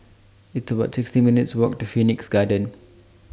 It's about sixty minutes' Walk to Phoenix Garden